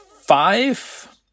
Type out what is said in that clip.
five